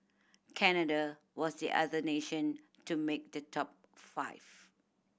Canada was the other nation to make the top five